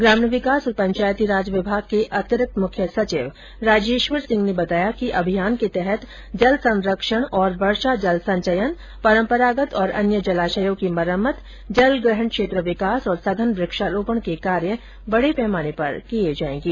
ग्रामीण विकास और पंचायती राज विभाग के अतिरिक्त मुख्य सचिव राजेश्वर सिंह ने बताया कि अभियान के तहत जल संरक्षण और वर्षा जल संचयन परम्परागत और अन्य जलाशयों की मरम्मत जलग्रहण क्षेत्र विकास और सघन वृक्षारोपण के कार्य बड़े पैमाने पर किये जायेगें